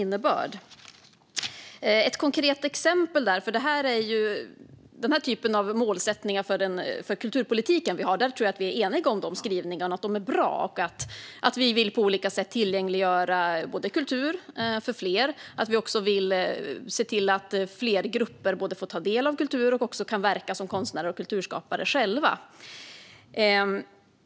Jag vill ta ett konkret exempel. Vad gäller den här typen av målsättningar för kulturpolitiken tror jag att vi är eniga om att skrivningarna är bra. Vi vill på olika sätt tillgängliggöra kultur för fler. Vi vill se till att fler grupper får ta del av kultur och även kan verka som konstnärer och kulturskapare själva.